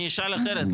אני אשאל אחרת,